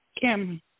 Kim